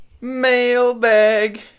mailbag